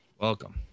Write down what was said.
Welcome